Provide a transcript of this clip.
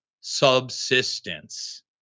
subsistence